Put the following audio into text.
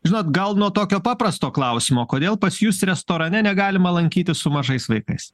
žinot gal nuo tokio paprasto klausimo kodėl pas jus restorane negalima lankytis su mažais vaikais